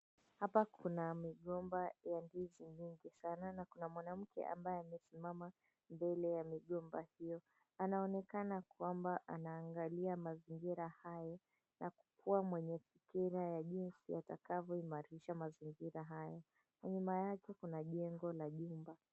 Hapa kuna migomba ya ndizi nyingi sana na kuna mwanamke ambaye amesimama mbele ya migomba hiyo anaonekana kwamba anaangalia mazingira hayo na kuwa mwenye fikra ya jinsi atakavyoimarisha mazingira haya nyuma yake kuna jengo la nyumba.